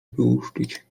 wyłuszczyć